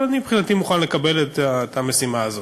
אבל אני מבחינתי מוכן לקבל את המשימה הזאת.